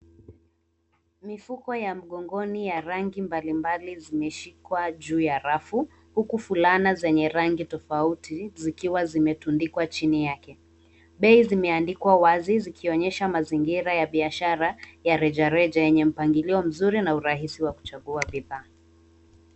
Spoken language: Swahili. Mifuko ya mgongoni ya rangi mbalimbali zimeshikwa juu ya rafu huku fulana zenye rangi tofauti zikiwa zimetundikwa chini yake. Bei zimeandikwa wazi zikionyesha mazingira ya biashara ya rejareja enye mpangilio mzuri na urahisi wa kuchagua bidhaa.